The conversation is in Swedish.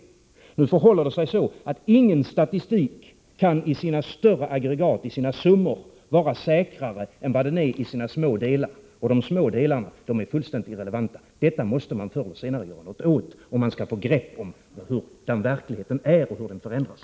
Det förhåller sig så, att ingen statistik kan i sina större aggregat, i sina summor, vara säkrare än vad den är i sina små delar. Och de små delarna är fullständigt irrelevanta. Detta måste man förr eller senare göra något åt, om man skall få ett grepp om verkligheten och se hurudan verkligheten är och hur den förändrar sig.